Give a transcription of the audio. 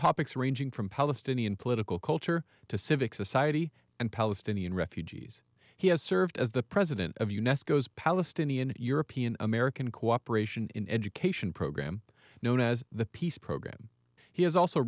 topics ranging from palestinian political culture to civic society and palestinian refugees he has served as the president of u next goes palestinian european american cooperation in education program known as the peace program he has also